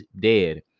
dead